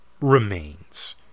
remains